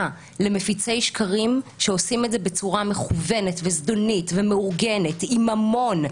למפיצי שקרים שעושים את זה בצורה מכוונת וזדונית ומעוגנת עם ממון,